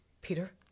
Peter